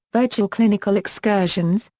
virtual clinical excursions,